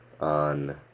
on